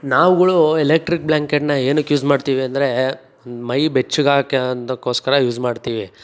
ನಾವುಗಳು ಎಲೆಕ್ಟ್ರಿಕ್ ಬ್ಲ್ಯಾಂಕೆಟ್ನ ಏನಕ್ಕೆ ಯೂಸ್ ಮಾಡ್ತೀವಿ ಅಂದರೆ ಮೈ ಬೆಚ್ಚಗಾಗೋಕ್ಕೆ ಅಂದಕ್ಕೋಸ್ಕರ ಯೂಸ್ ಮಾಡ್ತೀವಿ